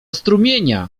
strumienia